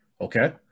Okay